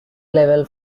level